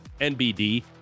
NBD